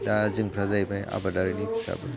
दा जोंफोरा जाहैबाय आबादारिनि फिसाफोर